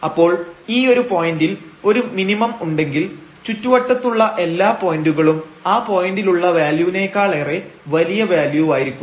അപ്പോൾ ഈ ഒരു പോയന്റിൽ ഒരു മിനിമം ഉണ്ടെങ്കിൽ ചുറ്റുവട്ടത്തുള്ള എല്ലാ പോയന്റുകളും ആ പോയന്റിലുള്ള വാല്യൂനേക്കാളേറെ വലിയ വാല്യൂവായിരിക്കും